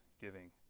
giving